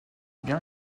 bien